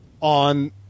on